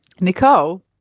Nicole